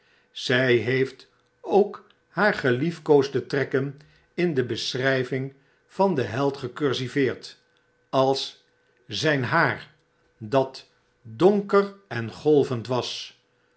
zy heeft ook haar geliefkoosde trekken in de beschrjjving van den held gecursiveerd als zjjn haar dat donker en golvend was